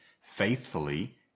faithfully